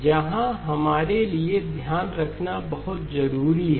जहाँ हमारे लिए ध्यान रखना बहुत ज़रूरी है